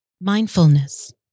mindfulness